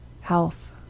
health